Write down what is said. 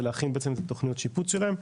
להכין בעצם את התוכניות שיפוץ שלהם.